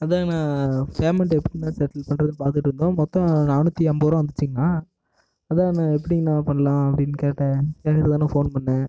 அதாணா payment எப்படிண்ணா settle பண்ணுறதுன்னு பார்த்துட்டுருந்தோம் மொத்தம் நானூற்றி ஐம்பதுரூபா வந்திச்சுங்கணா அதானு எப்படிண்ணா பண்ணலாம் அப்படினு கேட்டேன் கேட்குறதுக்குதான ஃபோன் பண்ணுனேன்